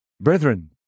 Brethren